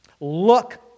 Look